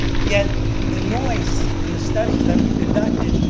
yet the noise and the studies that we've conducted,